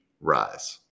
rise